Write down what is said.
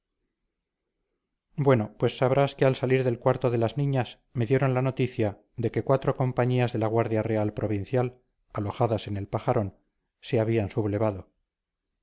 bueno pues sabrás que al salir del cuarto de las niñas me dieron la noticia de que cuatro compañías de la guardia real provincial alojadas en el pajarón se habían sublevado